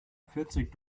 vierzig